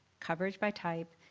coverage by type,